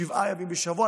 שבעה ימים בשבוע,